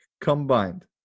combined